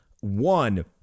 one